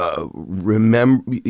Remember